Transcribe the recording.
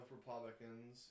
Republicans